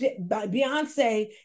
Beyonce